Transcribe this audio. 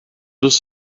just